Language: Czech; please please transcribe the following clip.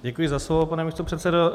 Děkuji za slovo, pane místopředsedo.